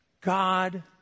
God